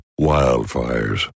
wildfires